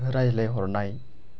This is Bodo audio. रायलायहरनाय